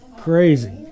Crazy